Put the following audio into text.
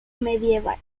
medieval